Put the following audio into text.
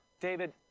David